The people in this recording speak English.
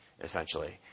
Essentially